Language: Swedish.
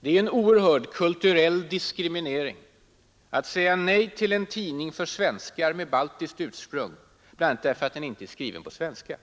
Det är ju en oerhörd kulturell diskriminering att säga nej till en tidning för svenskar med baltiskt ursprung bl.a. därför att den inte är skriven på svenska.